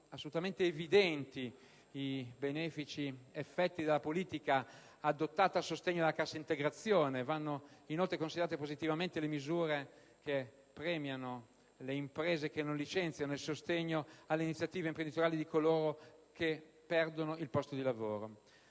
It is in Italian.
siano assolutamente evidenti i benefici effetti della politica adottata a sostegno della cassa integrazione. Vanno, inoltre, considerate positivamente le misure che premiano le imprese che non licenziano, il sostegno alle iniziative imprenditoriali di coloro che perdono il posto di lavoro.